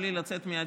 בלי לצאת מהדירה,